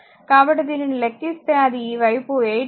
కాబట్టి దీనిని లెక్కిస్తే అది ఈ వైపు 8